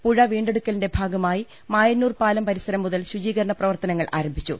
പുഴ വീണ്ടെടുക്കലിന്റെ ഭാഗമായി മായന്നൂർപാലം പരി സരം മുതൽ ശുചീകരണ പ്രവർത്തനങ്ങൾ ആരംഭിച്ചു